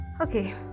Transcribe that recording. okay